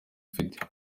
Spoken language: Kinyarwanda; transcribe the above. afite